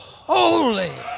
holy